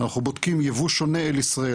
אנחנו בודקים יבוא שונה לישראל,